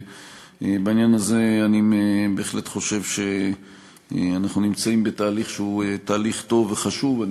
ובעניין הזה אני בהחלט חושב שאנחנו נמצאים בתהליך שהוא תהליך טוב וחשוב,